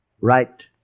Right